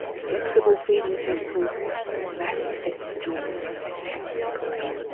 flexible feeding tentacles or massive sets of jaws to catch their prey.